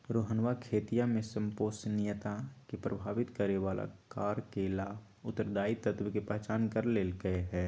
रोहनवा खेतीया में संपोषणीयता के प्रभावित करे वाला कारक ला उत्तरदायी तत्व के पहचान कर लेल कई है